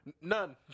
None